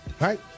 right